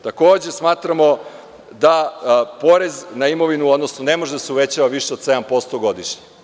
Takođe smatramo da porez na imovinu, odnosno ne može da se uvećava više od 7% godišnje.